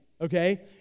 okay